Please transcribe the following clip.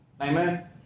amen